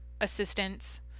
assistance